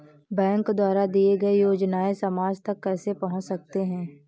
Bank द्वारा दिए गए योजनाएँ समाज तक कैसे पहुँच सकते हैं?